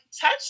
touch